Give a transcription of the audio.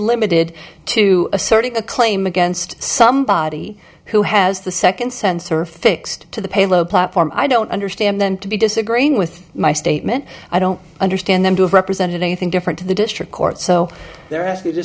limited to asserting a claim against somebody who has the second sensor fixed to the payload platform i don't understand them to be disagreeing with my statement i don't understand them to have represented anything different to the district court so they're ask